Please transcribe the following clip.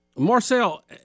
Marcel